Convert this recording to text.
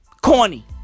Corny